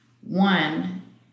One